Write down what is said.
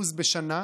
50% בשנה.